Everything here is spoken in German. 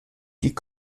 die